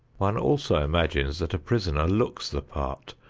one also imagines that a prisoner looks the part,